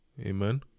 Amen